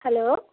hello